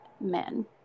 men